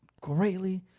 greatly